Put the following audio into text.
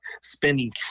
spending